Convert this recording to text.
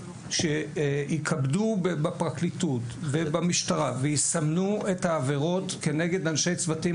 שיתכבדו בפרקליטות ובמשטרה ויסמנו את העבירות כנגד אנשי צוותים